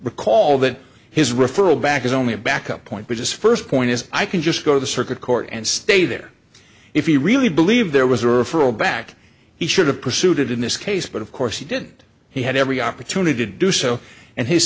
recall that his referral back is only a backup point which is first point is i can just go to the circuit court and stay there if you really believe there was a referral back he should have pursued it in this case but of course he didn't he had every opportunity to do so and his